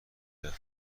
رفت